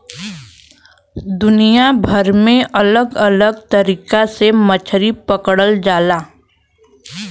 दुनिया भर में अलग अलग तरीका से मछरी पकड़ल जाला